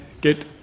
good